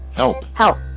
oh how.